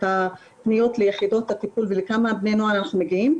הפניות ליחידות הטיפול ולכמה בני הנוער אנחנו מגיעים,